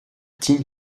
tim